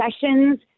Sessions